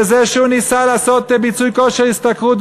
בזה שהוא ניסה לעשות מיצוי כושר השתכרות,